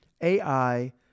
AI